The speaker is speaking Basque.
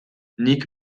nik